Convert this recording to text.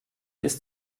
ist